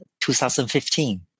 2015